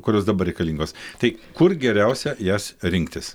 kurios dabar reikalingos tai kur geriausia jas rinktis